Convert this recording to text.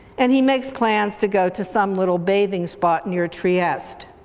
and he makes plans to go to some little bathing spot near trieste.